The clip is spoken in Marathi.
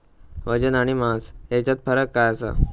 वजन आणि मास हेच्यात फरक काय आसा?